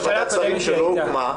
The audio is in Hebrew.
אתה מדבר איתי על ועדת שרים שלא הוקמה,